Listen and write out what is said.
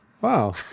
Wow